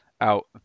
out